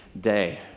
day